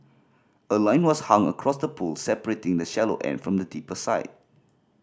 a line was hung across the pool separating the shallow end from the deeper side